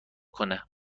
کنه